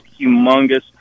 humongous